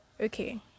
Okay